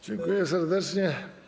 Dziękuję serdecznie.